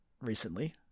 recently